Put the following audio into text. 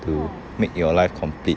to make your life complete